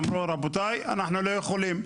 אמרו, רבותיי, אנחנו לא יכולים.